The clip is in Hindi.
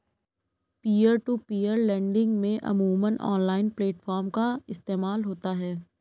पीयर टू पीयर लेंडिंग में अमूमन ऑनलाइन प्लेटफॉर्म का इस्तेमाल होता है